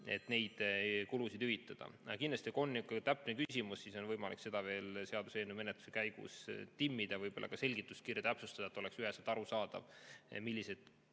neid kulusid hüvitada. Kindlasti, kui on niisugune täpne küsimus, siis on võimalik seda veel seaduseelnõu menetluse käigus timmida, võib-olla seletuskirja täpsustada, et oleks üheselt arusaadav, millised